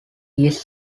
east